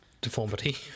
deformity